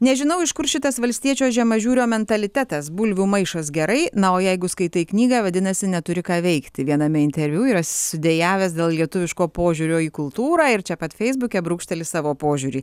nežinau iš kur šitas valstiečio žemažiūrio mentalitetas bulvių maišas gerai na o jeigu skaitai knygą vadinasi neturi ką veikti viename interviu yra sudejavęs dėl lietuviško požiūrio į kultūrą ir čia pat feisbuke brūkšteli savo požiūrį